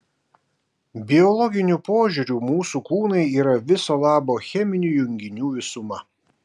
biologiniu požiūriu mūsų kūnai yra viso labo cheminių junginių visuma